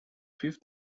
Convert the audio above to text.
fifth